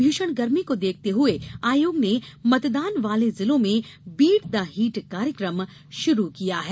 भीषण गर्मी को देखते हुए आयोग ने मतदान वाले जिलों में बीट द हीट कार्यक्रम शुरू किया है